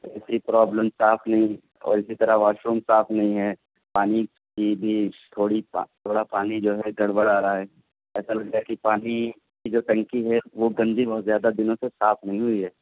اے C problem صاف نہیں اور اسی طرح واش روم صاف نہیں ہے پانی کی بھی تھوڑی تھوڑا پانی جو ہے گڑبڑ آ رہا ہے ایسا لگتا ہے کہ پانی کی جو ٹنکی ہے وہ گندی بہت زیادہ دنوں سے صاف نہیں ہوئی ہے